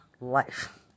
life